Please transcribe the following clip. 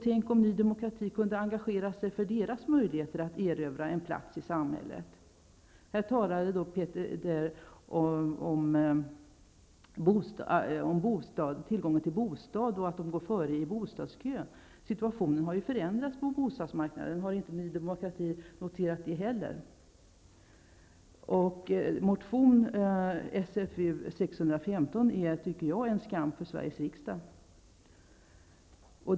Tänk om Ny demokrati kunde engagera sig för deras möjligheter att erövra en plats i samhället! Peter Kling talade om tillgången till en bostad och sade att invandrarna går före i bostadskön. Men situationen på bostadsmarknaden har förändrats. Har ni i Ny demokrati inte noterat det heller? Motion Sf615 är, tycker jag, en skam för Sveriges riksdag.